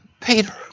Peter